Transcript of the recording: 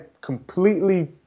completely